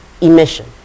emission